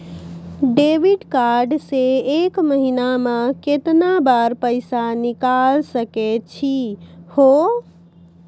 Debit card से एक महीना मा केतना बार पैसा निकल सकै छि हो?